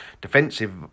defensive